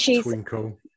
Twinkle